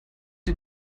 die